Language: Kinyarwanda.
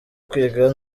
kwiga